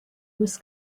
was